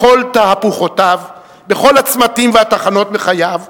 בכל תהפוכותיו, בכל הצמתים והתחנות בחייו,